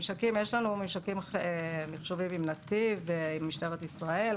יש לנו ממשקים מחשובים עם נתיב, עם משטרת ישראל.